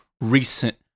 recent-